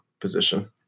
position